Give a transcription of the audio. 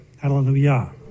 Hallelujah